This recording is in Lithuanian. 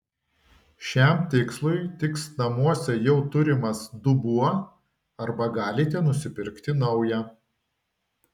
šiam tikslui tiks namuose jau turimas dubuo arba galite nusipirkti naują